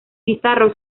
pizarro